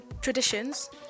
traditions